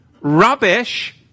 Rubbish